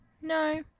No